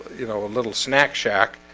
you know a little snack shack.